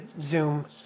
Zoom